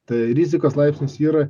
tai rizikos laipsnis yra